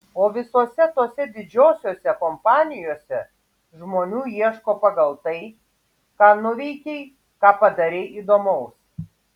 o visose tose didžiosiose kompanijose žmonių ieško pagal tai ką nuveikei ką padarei įdomaus